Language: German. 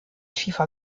schiefer